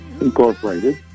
Incorporated